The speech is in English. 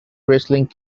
wrestling